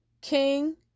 king